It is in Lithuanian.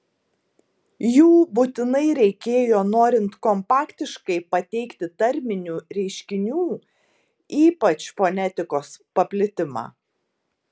jų būtinai reikėjo norint kompaktiškai pateikti tarminių reiškinių ypač fonetikos paplitimą